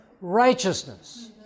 righteousness